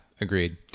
agreed